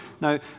Now